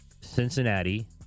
Cincinnati